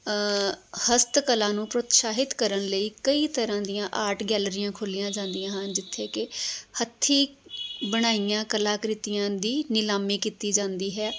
ਹਸਤ ਕਲਾ ਨੂੰ ਪ੍ਰੋਤਸ਼ਾਹਿਤ ਕਰਨ ਲਈ ਕਈ ਤਰ੍ਹਾਂ ਦੀਆਂ ਆਰਟ ਗੈਲਰੀਆਂ ਖੋਲੀਆਂ ਜਾਂਦੀਆਂ ਹਨ ਜਿੱਥੇ ਕਿ ਹੱਥੀ ਬਣਾਈਆਂ ਕਲਾਕ੍ਰਿਤੀਆਂ ਦੀ ਨਿਲਾਮੀ ਕੀਤੀ ਜਾਂਦੀ ਹੈ